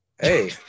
Hey